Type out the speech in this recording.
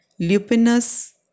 Lupinus